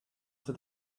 for